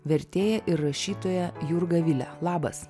vertėja ir rašytoja jurga vile labas